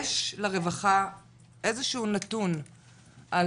יש לרווחה איזשהו נתון על,